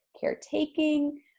caretaking